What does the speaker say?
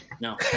No